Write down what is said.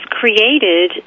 created